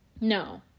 No